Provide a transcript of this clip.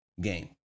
Game